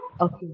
okay